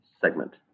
segment